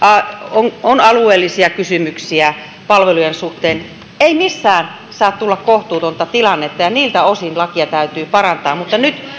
on on alueellisia kysymyksiä palvelujen suhteen ei missään saa tulla kohtuutonta tilannetta ja niiltä osin lakia täytyy parantaa mutta nyt